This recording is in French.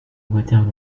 waterloo